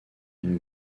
une